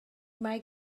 mae